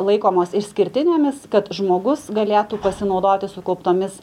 laikomos išskirtinėmis kad žmogus galėtų pasinaudoti sukauptomis